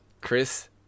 Chris